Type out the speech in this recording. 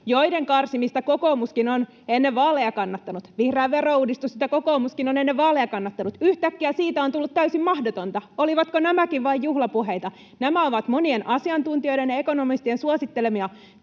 joiden karsimista kokoomuskin on ennen vaaleja kannattanut, tai vihreästä verouudistuksesta — sitä kokoomuskin on ennen vaaleja kannattanut — niin yhtäkkiä niistä on tullut täysin mahdotonta. Olivatko nämäkin vain juhlapuheita? Nämä ovat monien asiantuntijoiden ja ekonomistien suosittelemia